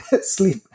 sleep